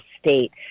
state